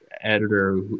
editor